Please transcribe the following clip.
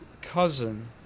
cousin